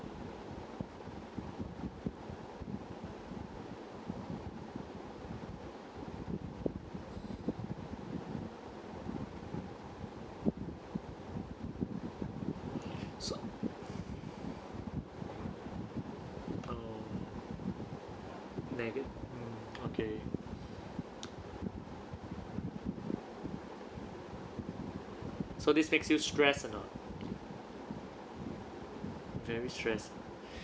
so I um nega~ mm okay so this makes you stressed or not very stressed